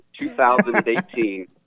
2018